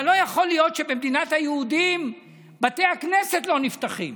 אבל לא יכול להיות שבמדינת היהודים בתי הכנסת לא נפתחים.